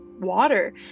water